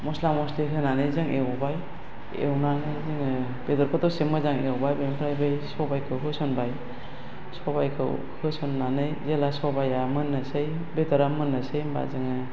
मस्ला मस्लि होनानै जों एवबाय एवनानै जोंङो बेदरखौ दसे मोजां एवबाय बेनिफ्राय बै सबायखौ होसनबाय सबायखौ होसनन्नानै जेब्ला सबाया मोन्नोसै बेदरा मोन्नोसै होनबा जोंङो